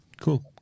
cool